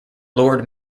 lord